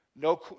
No